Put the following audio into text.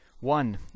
One